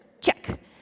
Check